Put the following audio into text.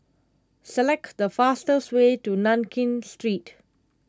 select the fastest way to Nankin Street